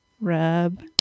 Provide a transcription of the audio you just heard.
rub